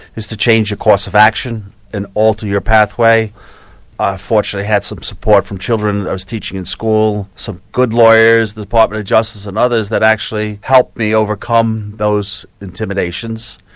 is the change your course of action and alter your pathway. i fortunately had some support from children i was teaching in school, some good lawyers, the department of justice and others that actually helped me overcome those intimidations.